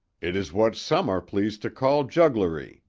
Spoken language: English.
it is what some are pleased to call jugglery,